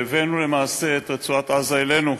והבאנו למעשה את רצועת-עזה אלינו,